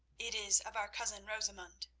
it is of our cousin rosamund,